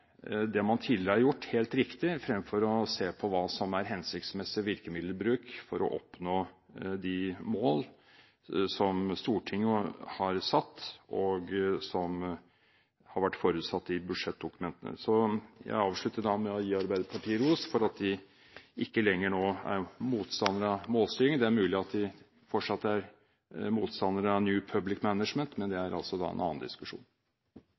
det man tidligere har gjort, helt riktig, fremfor å se på hva som er hensiktsmessig virkemiddelbruk for å oppnå de mål som Stortinget har satt, og som har vært forutsatt i budsjettdokumentene. Så jeg avslutter da med å gi Arbeiderpartiet ros for at de ikke lenger nå er motstander av målstyring. Det er mulig at de fortsatt er motstander av New Public Management, men det er en annen diskusjon.